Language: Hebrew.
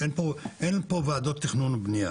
אין פה ועדות תכנון ובנייה,